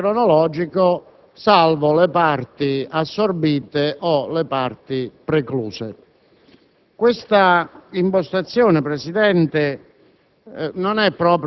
secondo l'ordine cronologico, salvo le parti assorbite o quelle precluse. Questa impostazione, Presidente,